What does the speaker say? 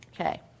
Okay